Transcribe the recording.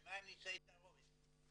ומה עם נישואי תערובת?